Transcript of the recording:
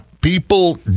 people